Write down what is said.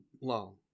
long